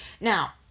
Now